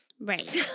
Right